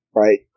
right